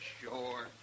sure